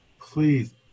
please